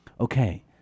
Okay